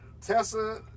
Tessa